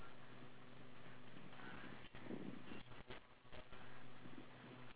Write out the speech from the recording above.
limit the amount of level of sugar or do you just like not care